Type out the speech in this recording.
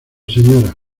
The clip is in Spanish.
sra